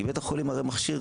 כי בית החולים הרי מכשיר,